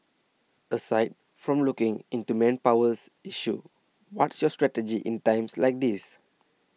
aside from looking into manpowers issues what's your strategy in times like these